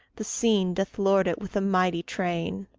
the seen doth lord it with a mighty train.